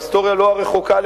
ההיסטוריה לא הרחוקה,